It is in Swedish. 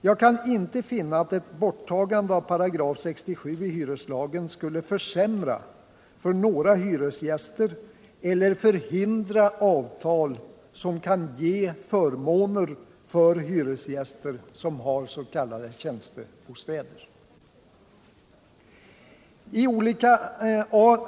Jag kan inte finna att ett borttagande av 67 § i hyreslagen skulle försämra för några hyresgäster eller förhindra avtal som kan ge förmåner för hyresgäster som har s.k. tjänstebostad.